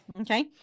okay